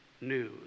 news